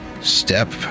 step